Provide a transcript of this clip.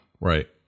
Right